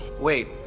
wait